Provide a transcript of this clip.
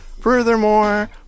furthermore